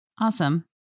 Awesome